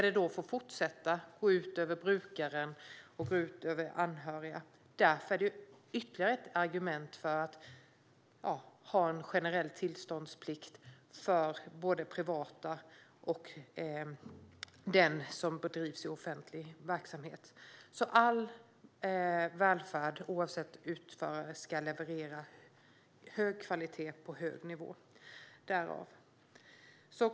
Detta går i så fall ut över brukaren och över anhöriga. Det är ytterligare ett argument för en generell tillståndsplikt för både privata utförare och det som bedrivs i offentlig verksamhet. All välfärd, oavsett utförare, ska leverera hög kvalitet på hög nivå.